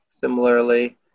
similarly